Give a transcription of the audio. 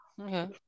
Okay